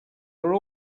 are